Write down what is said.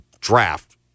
draft